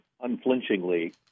unflinchingly